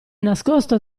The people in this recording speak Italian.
nascosto